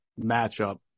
matchup